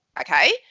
okay